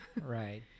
Right